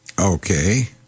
Okay